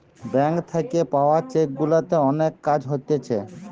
bank থাকে পাওয়া cheque গুলাতে অনেক কাজ হতিছে